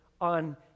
on